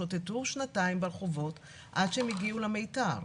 שוטטו שנתיים ברחובות עד שהם הגיעו למיתר.